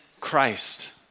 Christ